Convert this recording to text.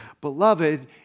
Beloved